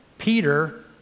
Peter